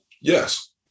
Yes